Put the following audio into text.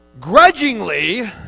grudgingly